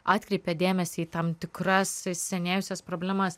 atkreipė dėmesį į tam tikras įsisenėjusias problemas